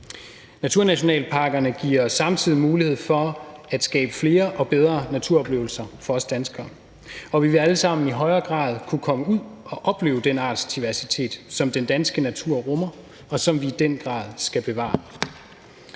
Naturnationalparkerne giver os samtidig mulighed for at skabe flere og bedre naturoplevelser for os danskere, og vi vil alle sammen i højere grad kunne komme ud og opleve den artsdiversitet, som den danske natur rummer, og som vi i den grad skal bevare.